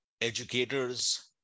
educators